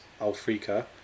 Alfrika